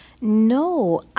No